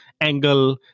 angle